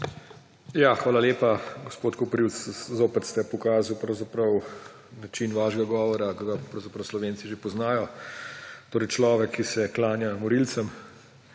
Hvala lepa, gospod Koprivc. Zopet ste pokazali pravzaprav način vašega govora, ki ga pravzaprav Slovenci že poznajo. Človek, ki se klanja morilcem,